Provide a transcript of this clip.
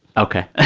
ok